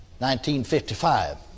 1955